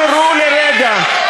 אולי בכל זאת תתעוררו לרגע,